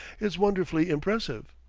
is wonderfully impressive.